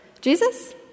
Jesus